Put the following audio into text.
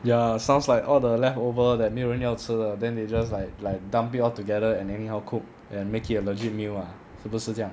ya sounds like all the leftover that 没有人吃要的 then they just like like dump it all together and anyhow cook and make it a legit meal ah 是不是这样